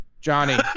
Johnny